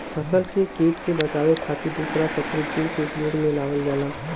फसल के किट से बचावे खातिर दूसरा शत्रु जीव के उपयोग में लावल जाला